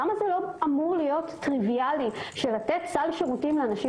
למה זה לא אמור להיות טריוויאלי שלתת סל שירותים לאנשים